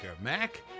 Mac